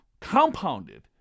compounded